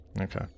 Okay